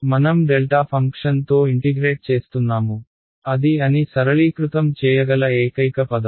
మనం డెల్టా ఫంక్షన్తో ఇంటిగ్రేట్ చేస్తున్నాము అది అని సరళీకృతం చేయగల ఏకైక పదం